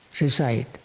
recite